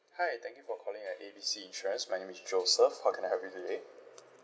hi thank you for calling at A B C insurance my name is joseph how can I help you today